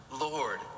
Lord